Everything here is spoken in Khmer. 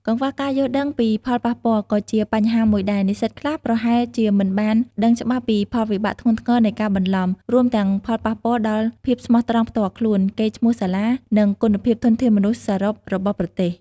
កង្វះការយល់ដឹងពីផលប៉ះពាល់ ក៏ជាបញ្ហាមួយដែរ និស្សិតខ្លះប្រហែលជាមិនបានដឹងច្បាស់ពីផលវិបាកធ្ងន់ធ្ងរនៃការបន្លំ រួមទាំងផលប៉ះពាល់ដល់ភាពស្មោះត្រង់ផ្ទាល់ខ្លួន កេរ្តិ៍ឈ្មោះសាលា និងគុណភាពធនធានមនុស្សសរុបរបស់ប្រទេស។